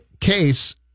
case